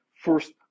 first